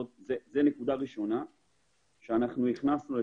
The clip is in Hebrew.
זו נקודה ראשונה שהכנסנו למדיניות.